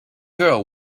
girl